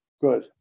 Good